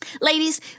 Ladies